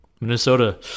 Minnesota